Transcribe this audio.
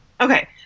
Okay